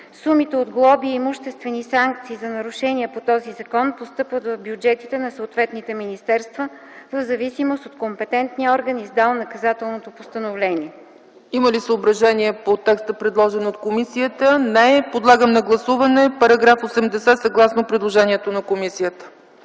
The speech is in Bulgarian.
Сумите от глоби и имуществени санкции за нарушения по този закон постъпват в бюджетите на съответните министерства в зависимост от компетентния орган, издал наказателното постановление.”